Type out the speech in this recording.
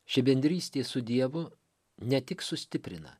ši bendrystė su dievu ne tik sustiprina